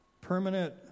permanent